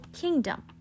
kingdom